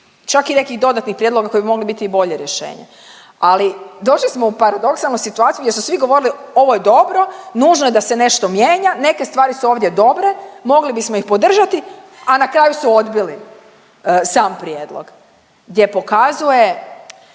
čak i nekih dodatnih prijedloga koji bi mogli biti i bolje rješenje. Ali došli smo u paradoksalnu situaciju gdje su svi govorili ovo je dobro, nužno da se nešto mijenja, neke stvari su ovdje dobre, mogli bismo ih podržati, a na kraju su odbili sam prijedlog gdje pokazuje